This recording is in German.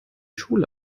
schule